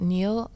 Neil